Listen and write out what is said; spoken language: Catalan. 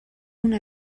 una